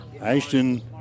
Ashton